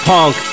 Punk